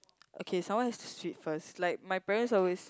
okay someone has to sweep first like my parents always